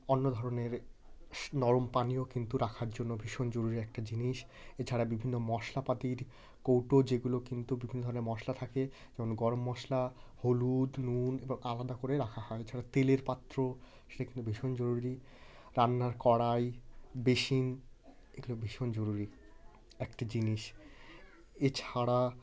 অন্য ধরনের স নরম পানীয় কিন্তু রাখার জন্য ভীষণ জরুরি একটা জিনিস এছাড়া বিভিন্ন মশলাপাতির কৌটো যেগুলো কিন্তু বিভিন্ন ধরনের মশলা থাকে যেমন গরম মশলা হলুদ নুন এবার আলাদা করে রাখা হয় এছাড়া তেলের পাত্র সেটা কিন্তু ভীষণ জরুরি রান্নার কড়াই বেসিন এগুলো ভীষণ জরুরি একটা জিনিস এছাড়া